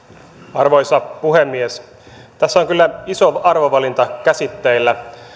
arvoisa puhemies tässä on kyllä iso arvovalinta käsitteillä